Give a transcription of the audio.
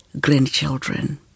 grandchildren